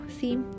see